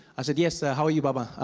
i said, yes, ah how are you baba?